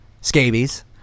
scabies